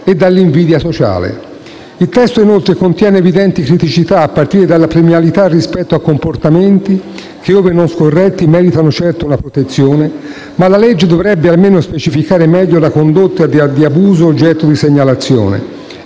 Il testo, inoltre, contiene evidenti criticità, a partire dalla premialità rispetto a comportamenti che, ove non scorretti, meritano certo una protezione, ma la legge dovrebbe almeno specificare meglio la condotta di abuso oggetto di segnalazione,